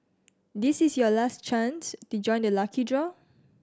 this is your last chance to join the lucky draw